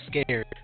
scared